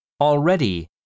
Already